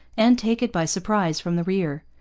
and take it by surprise from the rear.